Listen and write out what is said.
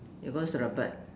it goes to the bird